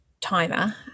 timer